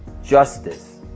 justice